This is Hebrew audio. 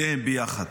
שניהם ביחד.